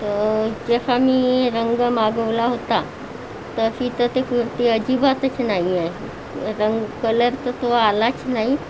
तर जसा मी रंग मागवला होता तशी तर ते कुर्ती अजिबातच नाही आहे रंग कलर तर तो आलाच नाही